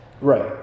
Right